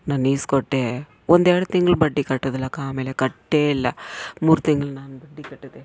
ನಾನು ಈಸ್ಕೊಟ್ಟೆ ಒಂದೆರ್ಡು ತಿಂಗಳು ಬಡ್ಡಿ ಕಟ್ಟಿದಳಕ್ಕ ಆಮೇಲೆ ಕಟ್ಟೇ ಇಲ್ಲ ಮೂರು ತಿಂಗಳು ನಾನು ಬಡ್ಡಿ ಕಟ್ಟಿದೆ